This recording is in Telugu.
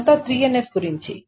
ఇదంతా 3NF గురించి